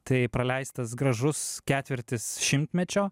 tai praleistas gražus ketvirtis šimtmečio